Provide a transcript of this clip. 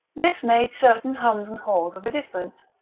this made certain hums and haws of a difference,